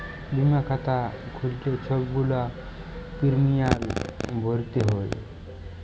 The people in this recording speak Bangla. বীমার খাতা খ্যুইল্লে ছব গুলা পিরমিয়াম ভ্যইরতে হ্যয়